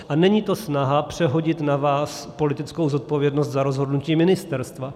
A není to snaha přehodit na vás politickou zodpovědnost za rozhodnutí ministerstva.